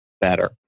better